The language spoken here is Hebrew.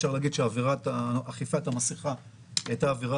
אפשר להגיד שאכיפת המסכה הייתה העבירה